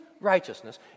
righteousness